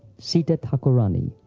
sita thakurani,